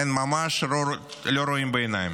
הם ממש לא רואים בעיניים.